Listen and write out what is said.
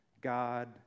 God